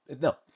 No